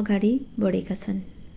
अगाडि बढेका छन्